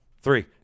Three